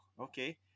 okay